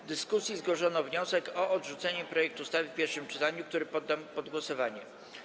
W dyskusji zgłoszono wniosek o odrzucenie projektu ustawy w pierwszym czytaniu, który poddam pod głosowanie.